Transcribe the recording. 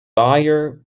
buyer